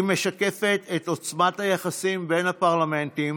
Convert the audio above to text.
היא משקפת את עוצמת היחסים בין הפרלמנטים